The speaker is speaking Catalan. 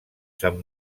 sant